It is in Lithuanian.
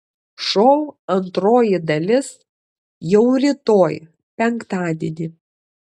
šou antroji dalis jau rytoj penktadienį